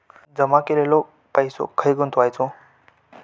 जमा केलेलो पैसो खय गुंतवायचो?